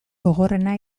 gogorrena